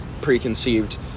preconceived